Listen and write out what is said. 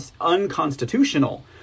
unconstitutional